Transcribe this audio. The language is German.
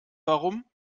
warum